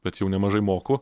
bet jau nemažai moku